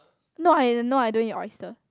no I don't I don't eat oyster